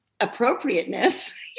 appropriateness